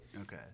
Okay